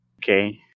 Okay